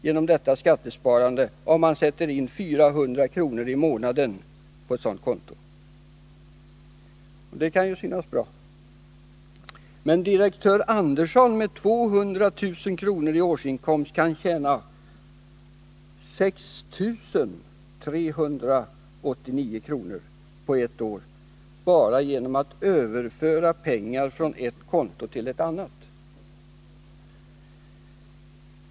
genom detta skattesparande, om familjen sätter in 400 kr. i månaden på ett skattesparkonto. Det kan ju synas bra. Men direktör Andersson med 200 000 kr. i årsinkomst kan tjäna 6 389 kr. på ett år bara genom att överföra pengar från ett konto till ett annat.